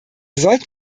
sollten